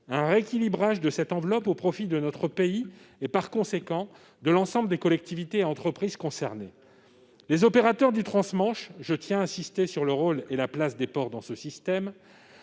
un rééquilibrage de cette enveloppe au profit de notre pays et, par conséquent, de l'ensemble des collectivités et entreprises concernées. Les opérateurs du trans-Manche- je tiens à insister sur le rôle et la place des ports dans ce système